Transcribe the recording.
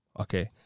Okay